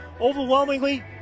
overwhelmingly